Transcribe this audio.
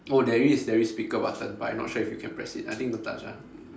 oh there is there is speaker button but I'm not sure if you can press it I think don't touch ah